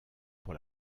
pour